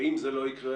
ואם זה לא יקרה,